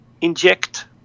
inject